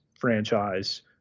franchise